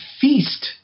feast